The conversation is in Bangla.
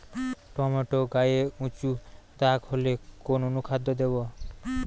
টমেটো গায়ে উচু দাগ হলে কোন অনুখাদ্য দেবো?